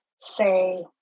say